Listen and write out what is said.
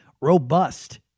robust